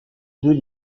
deux